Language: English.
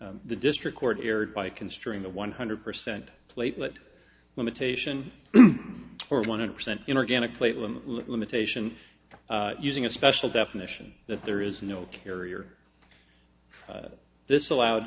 the district court erred by considering the one hundred percent platelet limitation for one hundred percent in organic label and limitation using a special definition that there is no carrier this allowed